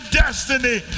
destiny